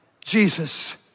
Jesus